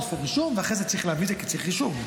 עושה רישום ואחרי זה צריך להביא את זה כי צריך רישום.